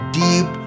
deep